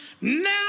Now